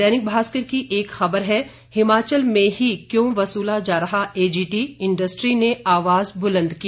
दैनिक भास्कर की एक खबर है हिमाचल में ही क्यों वसूला जा रहा एजीटी इंडस्ट्री ने आवाज बुलंद की